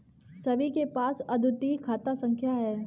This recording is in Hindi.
सभी के पास अद्वितीय खाता संख्या हैं